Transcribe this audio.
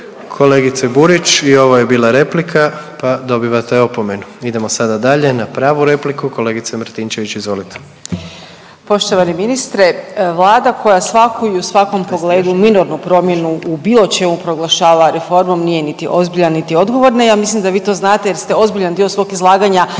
Kolegice Burić i ovo je bila replika pa dobivate opomenu. Idemo sada dalje na pravu repliku kolegice Martinčević izvolite. **Martinčević, Natalija (Reformisti)** Poštovani ministre, Vlada koja svaku i u svakom pogledu minornu promjenu u bilo čemu proglašava reformom nije niti ozbiljna niti odgovorna i ja mislim da vi to znate jer ste ozbiljan dio svog izlaganja